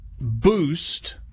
boost